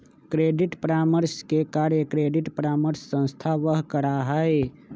credit परामर्श के कार्य क्रेडिट परामर्श संस्थावह करा हई